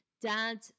dad